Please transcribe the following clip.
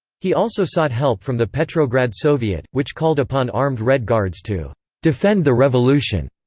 he also sought help from the petrograd soviet, which called upon armed red guards to defend the revolution.